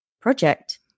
project